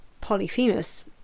Polyphemus